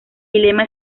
dilema